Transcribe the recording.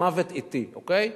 מוות אטי, אוקיי?